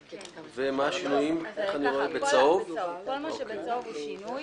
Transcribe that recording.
כל מה שמסומן בצהוב, הוא שינוי.